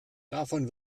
davon